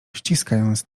ściskając